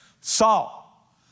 Saul